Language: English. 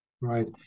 Right